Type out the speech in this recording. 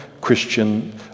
Christian